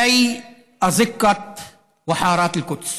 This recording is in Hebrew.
כמו סמטאות ושכונות ירושלים.